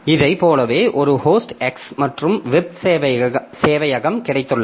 இதைப் போலவே ஒரு ஹோஸ்ட் X மற்றும் வெப் சேவையகம் கிடைத்துள்ளன